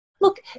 Look